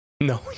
No